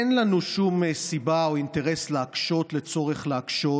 אין לנו שום סיבה או אינטרס להקשות או צורך להקשות,